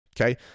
Okay